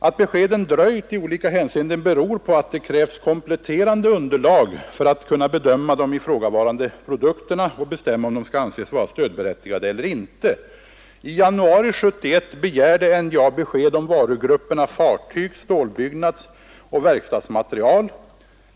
Att beskeden dröjt i olika hänseenden beror på att det krävts kompletterande underlag för att kunna bedöma de ifrågavarande produkterna och bestämma om de skall anses vara stödberättigade eller inte. I januari 1971 begärde NJA besked om varugrupperna fartygs-, stålbyggnadsoch verkstadsmaterial.